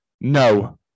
no